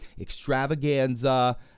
extravaganza